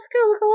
Google